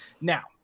Now